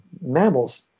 mammals